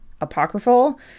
apocryphal